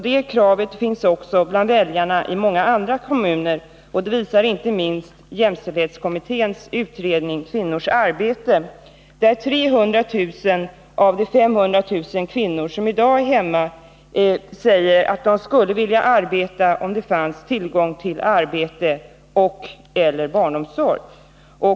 Det kravet finns också bland väljarna i många andra kommuner — det visar inte minst jämställdhetskommitténs utredning Kvinnors arbete, där 300 000 av de 500 000 kvinnor som i dag är hemma säger att de skulle vilja ha arbete om det fanns tillgång till arbete eller barnomsorg.